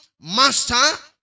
master